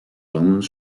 landen